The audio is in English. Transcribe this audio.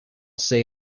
say